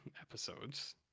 episodes